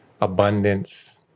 abundance